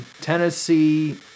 Tennessee